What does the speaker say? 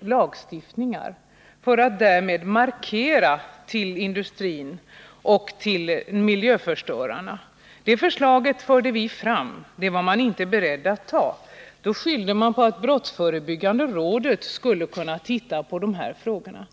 lagstiftningen för att därmed göra en markering för industrin och för miljöförstörarna. Detta förslag förde vi fram. Det var man inte beredd att biträda — man hänvisade till att brottsförebyggande rådet skulle kunna se på dessa frågor.